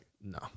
no